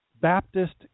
Baptist